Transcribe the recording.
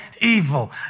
evil